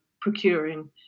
procuring